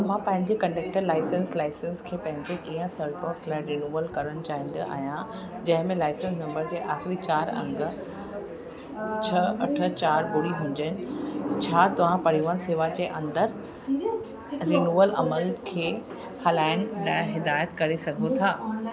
मां पंहिंजे conductor license license खे पंहिंजे किआ सल्टोस लाइ रिनूअल करण चाईंद आहियां जंहिंमें लाइसेंस नम्बर जे आखिरी चारि अंङ छ अठ चारि ॿुड़ी हुॼनि छा तव्हां परिवहन सेवा जे अंदर रिनूअल अमल खे हलाइन लाइ हिदायतु करे सघो था